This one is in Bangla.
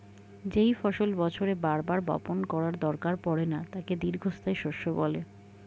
যেই ফসল বছরে বার বার বপণ করার দরকার পড়ে না তাকে দীর্ঘস্থায়ী শস্য বলে